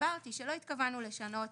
והסברתי שלא התכוונו לשנות